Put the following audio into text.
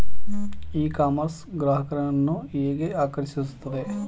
E commerce ಗ್ರಾಹಕರನ್ನು ಹೇಗೆ ಆಕರ್ಷಿಸುತ್ತದೆ?